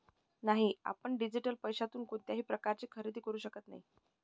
नाही, आपण डिजिटल पैशातून कोणत्याही प्रकारचे खरेदी करू शकत नाही